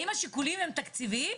האם השיקולים הם תקציביים?